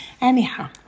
Anyhow